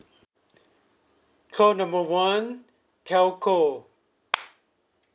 call number one telco